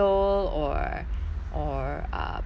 or uh perhaps um